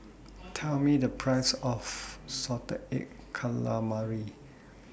Tell Me The Price of Salted Egg Calamari